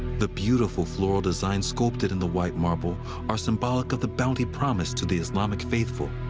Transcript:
the beautiful, floral designs sculpted in the white marble are symbolic of the bounty promised to the islamic faithful.